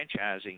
franchising